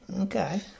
Okay